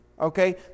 Okay